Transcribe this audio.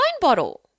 bottle